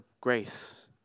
grace